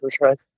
right